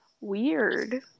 weird